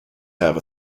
have